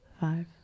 five